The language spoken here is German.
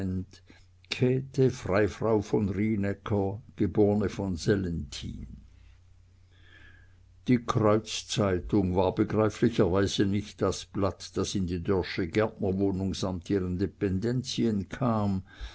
käthe freifrau von rienäcker geb von sellenthin die kreuzzeitung war begreiflicherweise nicht das blatt das in die dörrsche gärtnerwohnung samt ihren dependenzien kam